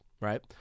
right